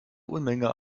unmenge